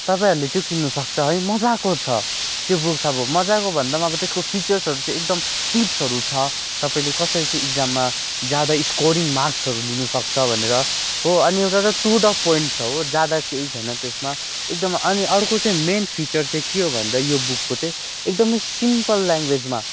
तपाईँहरूले त्यो किन्नु सक्छ है मज्जाको छ त्यो बुक्स अब मज्जाको भन्दा पनि अब त्यसको फिचर्सहरू चाहिँ एकदम टिप्सहरू छ तपाईँले कसरी चाहिँ इग्जाममा ज्यादा स्कोरिङ् मार्क्सहरू लिनुसक्छ भनेर हो अनि एउटा त टू द पोइन्ट छ हो ज्यादा केही छैन त्यसमा एकदमै अनि अर्को चाहिँ मेन फिचर चाहिँ के हो भन्दा यो बुकको चाहिँ एकदमै सिम्पल लेङ्गवेजमा